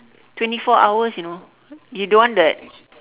twenty four hours you know you don't want the